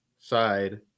side